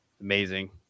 Amazing